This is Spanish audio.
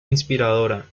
inspiradora